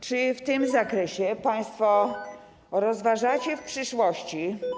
Co w tym zakresie państwo rozważacie w przyszłości?